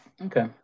Okay